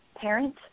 parent